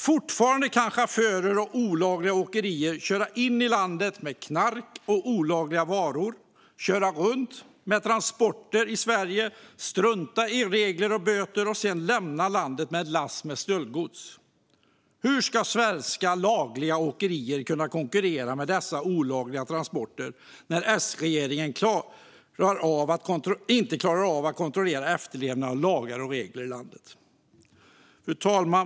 Fortfarande kan chaufförer som kör för olagliga åkerier köra in i landet med knark och olagliga varor. De kör runt med transporter i Sverige och struntar i regler och böter för att sedan lämna landet med ett lass av stöldgods. Hur ska svenska lagliga åkerier kunna konkurrera med dessa olagliga transporter när S-regeringen inte klarar av att kontrollera efterlevnaden av lagar och regler i landet? Fru talman!